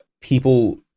people